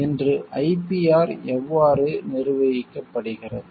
இன்று IPR எவ்வாறு நிர்வகிக்கப்படுகிறது